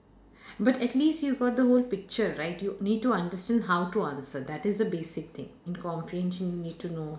but at least you got the whole picture right you need to understand how to answer that is the basic thing in comprehension you need to know